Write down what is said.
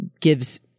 gives